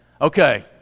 Okay